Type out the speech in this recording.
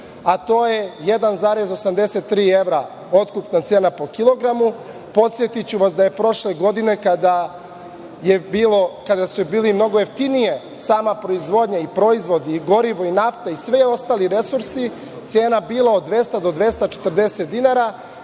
a to je 1,83 evra otkupna cena po kilogramu. Podsetiću vas da je prošle godine, kada je bila mnogo jeftinija sama proizvodnja i proizvodi i gorivo i nafta i svi ostali resursi, cena bila od 200 do 240 dinara.